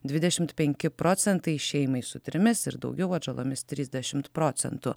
dvidešimt penki procentai šeimai su trimis ir daugiau atžalomis trisdešimt procentų